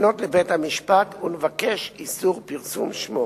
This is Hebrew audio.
לפנות אל בית-המשפט ולבקש איסור פרסום שמו.